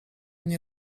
nie